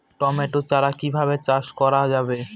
Tomato চারা কিভাবে চাষ করা যাবে?